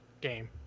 game